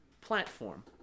platform